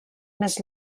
més